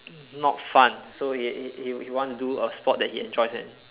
not fun so he he he want to do a sport he enjoys it